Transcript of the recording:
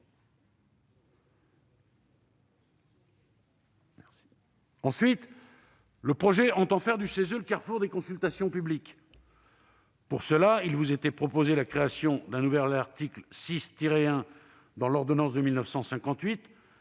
Ensuite, le texte entend faire du CESE le carrefour des consultations publiques. Pour cela, il vous était proposé la création d'un nouvel article 6-1 dans l'ordonnance de 1958,